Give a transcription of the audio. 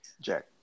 Jack